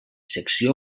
secció